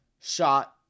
shot